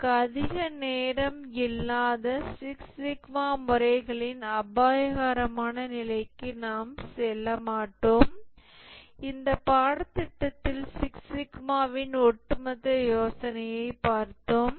நமக்கு அதிக நேரம் இல்லாத சிக்ஸ் சிக்மா முறைகளின் அபாயகரமான நிலைக்கு நாம் செல்ல மாட்டோம் இந்த பாடத்திட்டத்தில் சிக்ஸ் சிக்மாவின் ஒட்டுமொத்த யோசனையைப் பார்த்தோம்